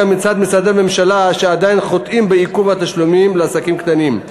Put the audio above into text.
גם משרדי הממשלה עדיין חוטאים בעיכוב התשלומים לעסקים קטנים.